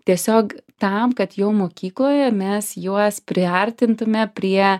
tiesiog tam kad jau mokykloje mes juos priartintume prie